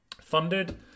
funded